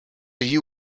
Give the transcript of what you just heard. you